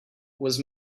was